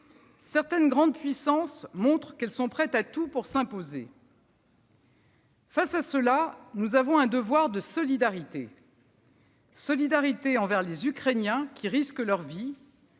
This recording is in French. Certaines grandes puissances montrent qu'elles sont prêtes à tout pour s'imposer. Face à cela, nous avons un devoir de solidarité : solidarité envers les Ukrainiens qui risquent leur vie,